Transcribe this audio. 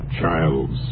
child's